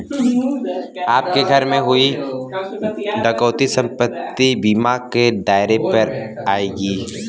आपके घर में हुई डकैती संपत्ति बीमा के दायरे में आएगी